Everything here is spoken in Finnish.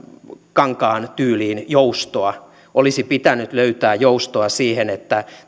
kankaan tyyliin joustoa olisi pitänyt löytää joustoa siihen että